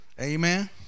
Amen